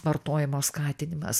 vartojimo skatinimas